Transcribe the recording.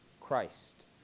Christ